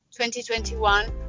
2021